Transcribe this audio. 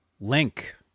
Link